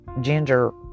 ginger